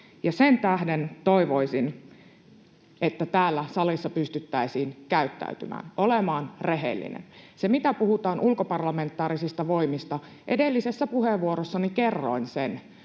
Sen tähden toivoisin, että täällä salissa pystyttäisiin käyttäytymään, olemaan rehellinen. Kun puhutaan ulkoparlamentaarisista voimista, niin edellisessä puheenvuorossani kerroin sen,